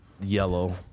yellow